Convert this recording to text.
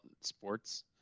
sports